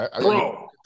Bro